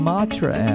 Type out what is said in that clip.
Matra